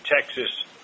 Texas